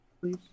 please